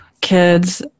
kids